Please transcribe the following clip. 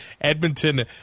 Edmonton